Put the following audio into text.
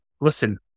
listen